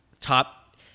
top